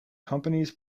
companies